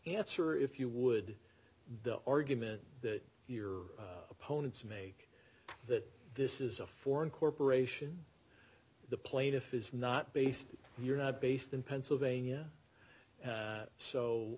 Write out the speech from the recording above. answer if you would the argument that your opponents make that this is a foreign corporation the plaintiff is not based you're not based in pennsylvania